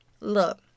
Look